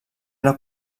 una